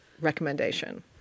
recommendation